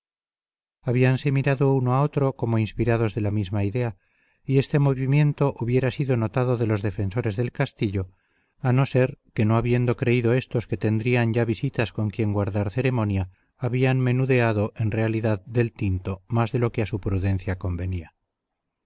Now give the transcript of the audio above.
alcaide habíanse mirado uno a otro como inspirados de la misma idea y este movimiento hubiera sido notado de los defensores del castillo a no ser que no habiendo creído éstos que tendrían ya visitas con quien guardar ceremonia habían menudeado en realidad del tinto más de lo que a su prudencia convenía